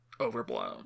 overblown